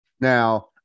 Now